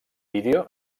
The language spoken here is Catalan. vídeo